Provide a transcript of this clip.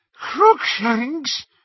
Crookshanks